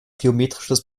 geometrisches